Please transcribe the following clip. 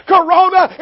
Corona